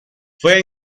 fue